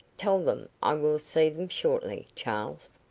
tell them i will see them shortly, charles.